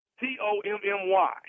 t-o-m-m-y